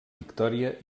victòria